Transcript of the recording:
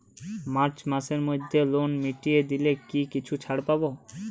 March মাসের মধ্যে loan মিটিয়ে দিলে কি কিছু ছাড় পাব?